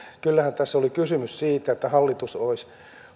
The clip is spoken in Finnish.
kyllähän tässä oli kysymys siitä että hallitus olisi